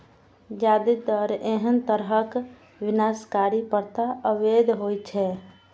जादेतर एहन तरहक विनाशकारी प्रथा अवैध होइ छै